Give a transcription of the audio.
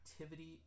activity